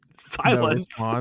Silence